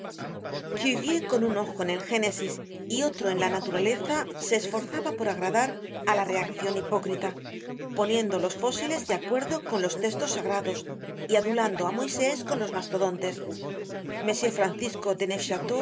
jesucristo cuvier con un ojo en el génesis y otro en la naturaleza se esforzaba por agradar á la reaccion hipócrita poniendo los fósiles de acuerdo con los testos sagrados y adulando á moisés con los mastodontes m francisco